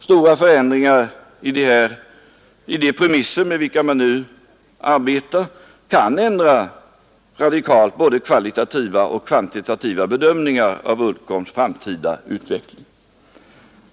Stora förändringar i de premisser med vilka man nu arbetar kan radikalt ändra både kvalitativa och kvantitativa bedömningar av Uddcombs framtida utveckling.